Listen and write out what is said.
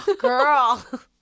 Girl